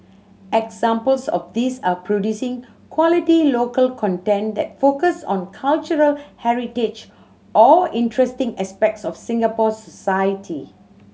examples of these are producing quality local content that focus on cultural heritage or interesting aspects of Singapore society